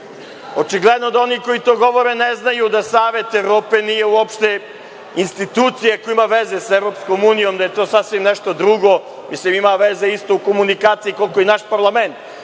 Očigledno da oni koji to govore ne znaju da Savet Evrope nije uopšte institucija koja ima veze sa EU, da je to sasvim nešto drugo. Ima veze u komunikaciji koliko i naš parlament,